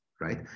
right